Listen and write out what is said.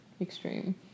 extreme